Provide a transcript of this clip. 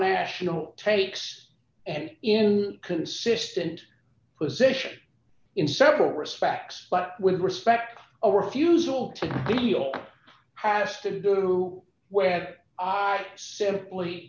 national takes and in consistent position in several respects but with respect to our fusil to deal has to do where i simply